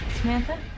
Samantha